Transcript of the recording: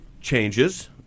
changes